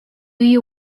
you